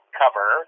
cover